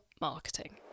marketing